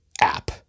app